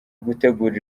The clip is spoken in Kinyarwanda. gutegura